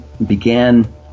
Began